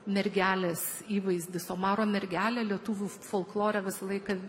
mergelės įvaizdis o maro mergelė lietuvių folklore visą laiką